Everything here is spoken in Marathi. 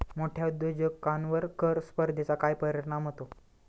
मोठ्या उद्योजकांवर कर स्पर्धेचा काय परिणाम होतो?